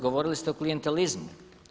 Govorili ste o klijentelizmu.